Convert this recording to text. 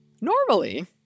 normally